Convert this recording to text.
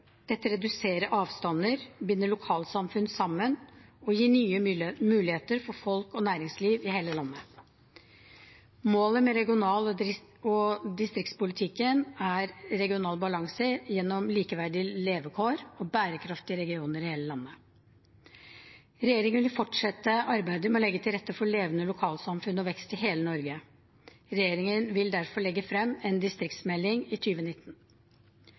Dette reduserer avstander, binder lokalsamfunn sammen og gir nye muligheter for folk og næringsliv i hele landet. Målet med regional- og distriktspolitikken er regional balanse gjennom likeverdige levekår og bærekraftige regioner i hele landet. Regjeringen vil fortsette arbeidet med å legge til rette for levende lokalsamfunn og vekst i hele Norge. Regjeringen vil derfor legge frem en distriktsmelding i